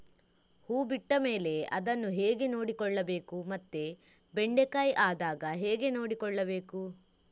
ಹೂ ಬಿಟ್ಟ ಮೇಲೆ ಅದನ್ನು ಹೇಗೆ ನೋಡಿಕೊಳ್ಳಬೇಕು ಮತ್ತೆ ಬೆಂಡೆ ಕಾಯಿ ಆದಾಗ ಹೇಗೆ ನೋಡಿಕೊಳ್ಳಬೇಕು?